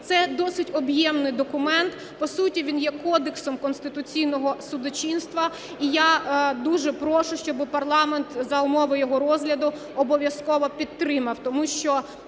Це досить об'ємний документ, по суті він є Кодексом конституційного судочинства. І я дуже прошу, щоби парламент за умови його розгляду обов'язково підтримав. Тому що